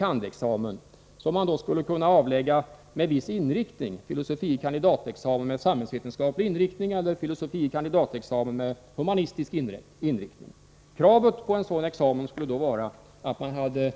kand.-examen som man skulle kunna avlägga med viss inriktning: filosofie kandidatexamen med samhällsvetenskaplig inriktning eller filosofie kandidatexamen med humanistisk inriktning. Kravet för en sådan examen skulle då vara att man hade